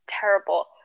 terrible